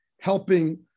helping